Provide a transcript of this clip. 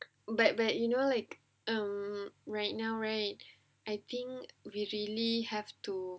but but you know like um right now right I think we really have to